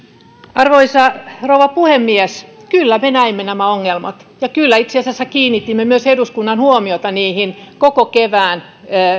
arvoisa rouva puhemies kyllä me näimme nämä ongelmat ja kyllä itse asiassa kiinnitimme myös eduskunnan huomiota niihin koko kevään